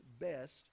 best